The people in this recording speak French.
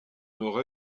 nord